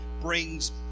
brings